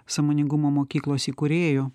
sąmoningumo mokyklos įkūrėju